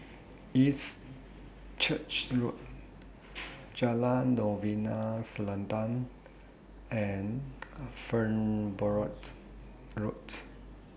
East Church Road Jalan Novena Selatan and Farnborough Road